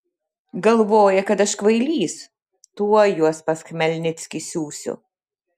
galvoja kad aš kvailys tuoj juos pas chmelnickį siųsiu